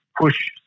push